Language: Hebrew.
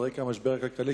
על רקע המשבר הכלכלי,